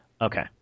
Okay